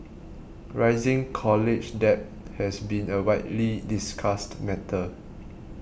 rising college debt has been a widely discussed matter